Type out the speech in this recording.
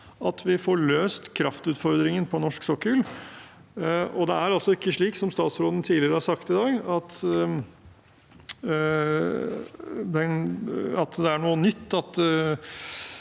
at vi får løst kraftutfordringene på norsk sokkel. Det er ikke slik som statsråden tidligere i dag har sagt, at det er noe nytt